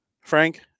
Frank